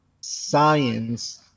science